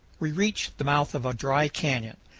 we reach the mouth of a dry canyon,